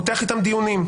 פותח איתם דיונים,